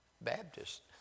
Baptist